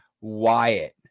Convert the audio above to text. Wyatt